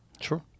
sure